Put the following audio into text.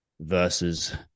versus